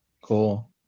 Cool